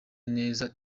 neza